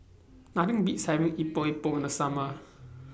Nothing Beats having Epok Epok in The Summer